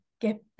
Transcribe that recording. get